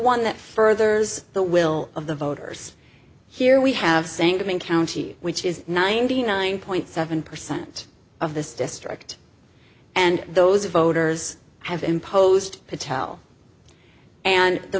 one that furthers the will of the voters here we have sangamon county which is ninety nine point seven percent of this district and those voters have imposed patel and the